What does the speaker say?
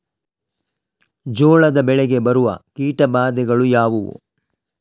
ಜೋಳದ ಬೆಳೆಗೆ ಬರುವ ಕೀಟಬಾಧೆಗಳು ಯಾವುವು?